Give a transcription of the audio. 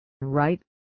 right